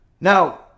Now